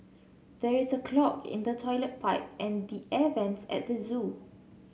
there is a clog in the toilet pipe and the air vents at the zoo